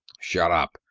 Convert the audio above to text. shut up!